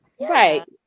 Right